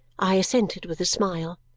i assented with a smile.